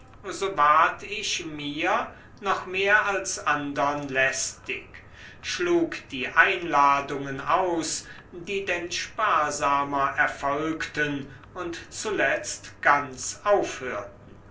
so ward ich mir noch mehr als andern lästig schlug die einladungen aus die denn sparsamer erfolgten und zuletzt ganz aufhörten